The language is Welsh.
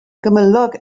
gymylog